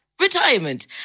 retirement